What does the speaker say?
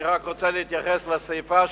אני רק רוצה להתייחס לסיפא.